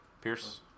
Pierce